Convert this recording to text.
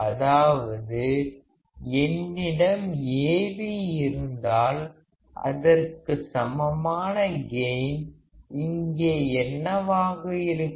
அதாவது என்னிடம் Av இருந்தால் அதற்கு சமமான கெயின் இங்கே என்னவாக இருக்கும்